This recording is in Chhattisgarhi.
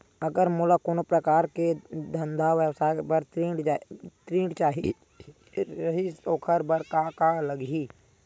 अगर मोला कोनो प्रकार के धंधा व्यवसाय पर ऋण चाही रहि त ओखर बर का का लगही?